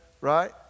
right